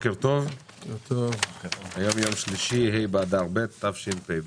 בוקר טוב, היום יום שלישי, ה' באדר ב' התשפ"ב,